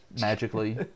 magically